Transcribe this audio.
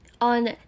on